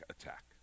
attack